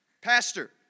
Pastor